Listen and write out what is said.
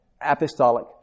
apostolic